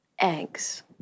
Eggs